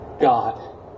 God